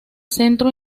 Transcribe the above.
centro